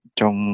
Trong